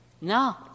No